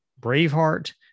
Braveheart